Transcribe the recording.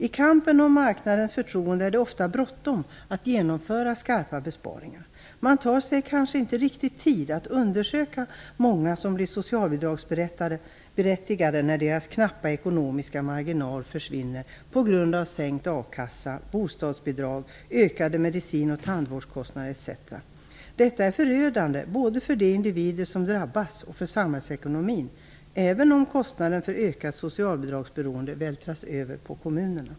I kampen om marknadens förtroende är det ofta bråttom att genomföra kraftiga besparingar. Man tar sig kanske inte riktigt tid att undersöka många som blir socialbidragsberättigade när deras knappa ekonomiska marginal försvinner på grund av sänkt akassa, sänkt bostadsbidrag, ökade medicin och tandvårdskostnader etc. Detta är förödande både för de individer som drabbas och för samhällsekonomin, även om kostnaden för ökat socialbidragsberoende vältras över på kommunerna.